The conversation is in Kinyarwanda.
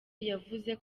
yavuze